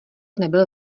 nebyl